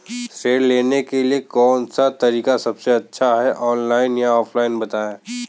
ऋण लेने के लिए कौन सा तरीका सबसे अच्छा है ऑनलाइन या ऑफलाइन बताएँ?